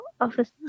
Office